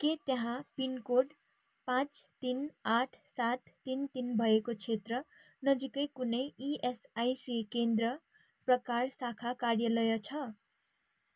के त्यहाँ पिनकोड पाँच तिन आठ सात तिन तिन भएको क्षेत्र नजिकै कुनै इएसआइसी केन्द्र प्रकार शाखा कार्यालय छ